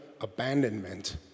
abandonment